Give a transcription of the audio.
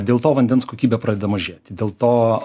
dėl to vandens kokybė pradeda mažėti dėl to